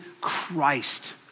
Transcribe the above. Christ